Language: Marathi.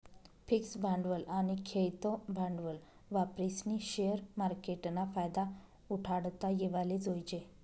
फिक्स भांडवल आनी खेयतं भांडवल वापरीस्नी शेअर मार्केटना फायदा उठाडता येवाले जोयजे